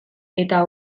eta